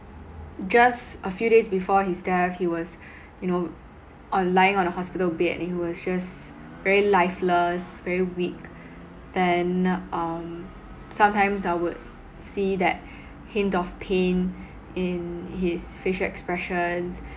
just a few days before his death he was you know on lying on a hospital bed and then he was just very lifeless very weak then um sometimes I would see that hint of pain in his facial expressions